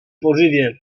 pożywię